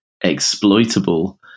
exploitable